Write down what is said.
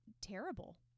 terrible